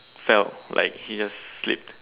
fell like he just flipped